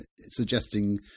suggesting